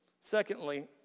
secondly